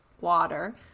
water